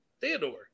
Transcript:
Theodore